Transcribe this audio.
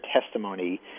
testimony